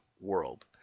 world